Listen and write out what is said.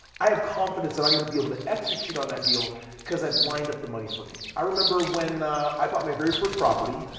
i have confidence that i'm going to be able to execute on that deal because i've lined up the money for me. i remember when i bought my very first property.